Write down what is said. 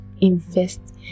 invest